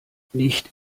nicht